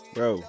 Bro